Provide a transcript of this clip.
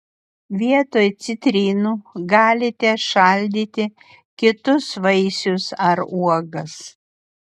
vietoj citrinų galite šaldyti kitus vaisius ar uogas